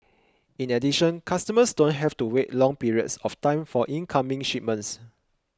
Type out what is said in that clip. in addition customers don't have to wait long periods of time for incoming shipments